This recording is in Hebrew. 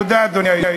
תודה, אדוני היושב-ראש.